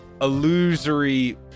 illusory